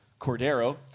Cordero